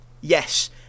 Yes